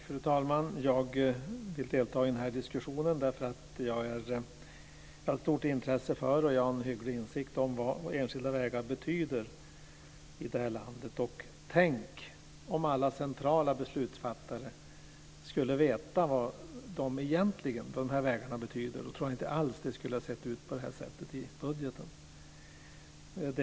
Fru talman! Jag vill delta i diskussionen därför att jag har ett stort intresse för och en hygglig insikt i vad enskilda vägar betyder i det här landet. Tänk om alla centrala beslutsfattare skulle veta vad de här vägarna egentligen betyder! Då tror jag inte alls att det skulle ha sett ut på det här sättet i budgeten.